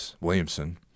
Williamson